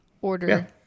order